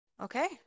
Okay